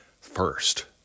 first